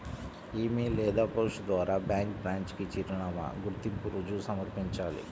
ఇ mail లేదా post ద్వారా bank branch కి చిరునామా, గుర్తింపు రుజువు సమర్పించాలి